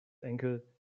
enkel